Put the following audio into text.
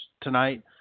tonight